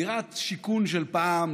דירת שיכון של פעם,